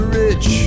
rich